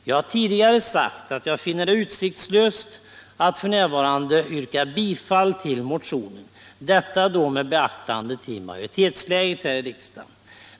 Jag har tidigare sagt att jag finner det utsiktslöst att i nuvarande majoritetsläge yrka bifall till motionen.